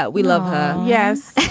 but we love her. yes.